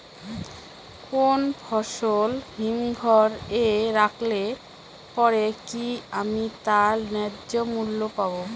কোনো ফসল হিমঘর এ রাখলে পরে কি আমি তার ন্যায্য মূল্য পাব?